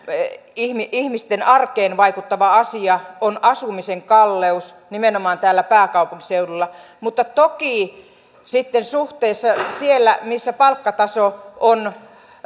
ihmisten arkeen vaikuttava asia on asumisen kalleus nimenomaan täällä pääkaupunkiseudulla mutta toki suhteessa siellä missä palkkataso on